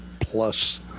Plus